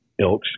ilks